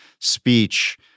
speech